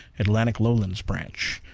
atlantic lowlands branch.